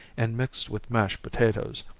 and mixed with mashed potatoes,